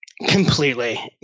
completely